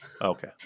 Okay